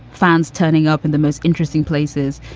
fans turning up in the most interesting places,